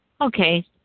okay